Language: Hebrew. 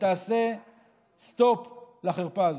ותעשה סטופ לחרפה הזאת.